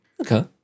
Okay